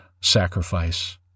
sacrifice